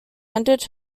ended